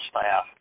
staff